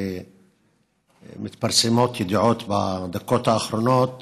ומתפרסמות בדקות האחרונות